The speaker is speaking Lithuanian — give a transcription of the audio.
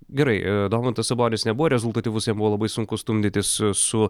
gerai domantas sabonis nebuvo rezultatyvus jam buvo labai sunku stumdytis su